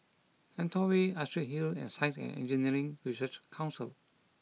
Lentor Way Astrid Hill and Science and Engineering Research Council